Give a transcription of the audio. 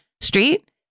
street